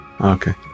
okay